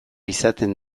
izaten